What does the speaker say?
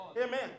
Amen